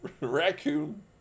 Raccoon